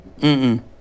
Mm-mm